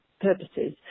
purposes